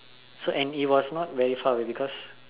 so and it was not verified because